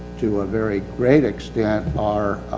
to a very great extent, are